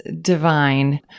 divine